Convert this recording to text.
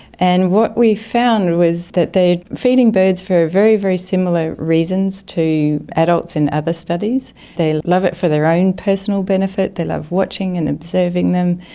and what we found was that they are feeding birds for very, very similar reasons to adults in other studies. they love it for their own personal benefit, they love watching and observing them,